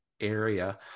area